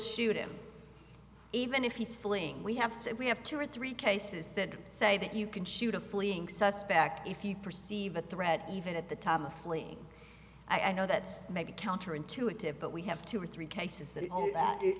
shoot him even if he's falling we have to we have two or three cases that say that you can shoot a fleeing suspect if you perceive a threat even at the time of fleeing i know that's maybe counter intuitive but we have two or three cases that